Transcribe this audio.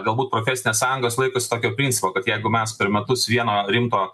galbūt profesinės sąjungos laikosi tokio principo kad jeigu mes per metus vieno rimto